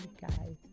guys